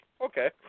Okay